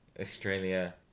Australia